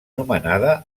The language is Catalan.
nomenada